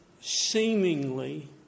seemingly